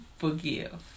forgive